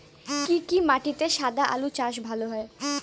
কি কি মাটিতে সাদা আলু চাষ ভালো হয়?